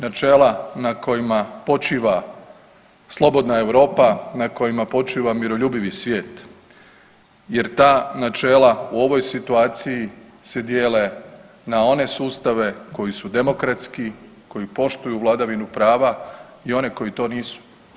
Načela na kojima počiva slobodna Europa, na kojima počiva miroljubivi svijet jer ta načela u ovoj situaciji se dijele na one sustave koji su demokratski, koji poštuju vladavinu prava i one koji to nisu.